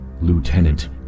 Lieutenant